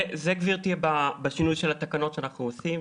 גברתי, זה בשינוי של התקנות שאנחנו עושים.